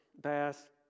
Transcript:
Bass